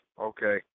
okay